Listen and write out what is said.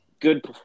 good